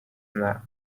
that